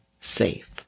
safe